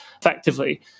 effectively